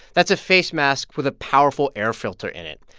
that's a face mask with a powerful air filter in it.